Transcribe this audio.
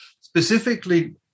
specifically